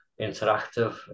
interactive